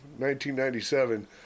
1997